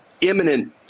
imminent